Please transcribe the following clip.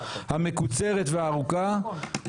המקוצרת והארוכה,